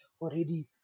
already